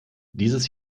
dieses